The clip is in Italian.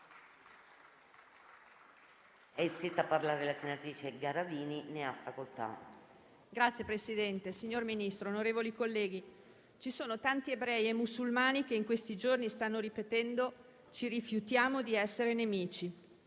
Signor Presidente, signor Ministro, onorevoli colleghi, ci sono tanti ebrei e musulmani che in questi giorni stanno ripetendo: ci rifiutiamo di essere nemici.